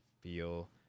feel